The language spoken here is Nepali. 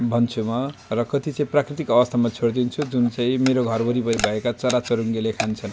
भन्छु म र कति चाहिँ प्राकृतिक आवस्थामा छोड्दिन्छु जुन चाहिँ मेरो घर वरिपरी भएका चराचुरुङ्गीले खान्छन्